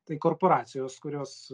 tai korporacijos kurios